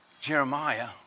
Jeremiah